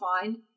find